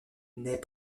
naît